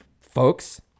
folks